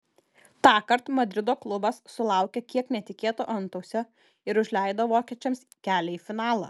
tąkart madrido klubas sulaukė kiek netikėto antausio ir užleido vokiečiams kelią į finalą